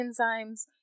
enzymes